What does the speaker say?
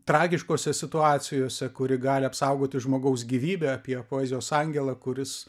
tragiškose situacijose kuri gali apsaugoti žmogaus gyvybę apie poezijos angelą kuris